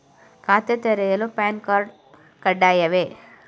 ಖಾತೆ ತೆರೆಯಲು PAN card ಕಡ್ಡಾಯವೇ?